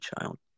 child